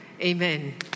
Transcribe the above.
Amen